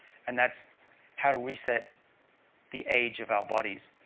and that's how to reset the age of our bodies.